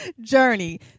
journey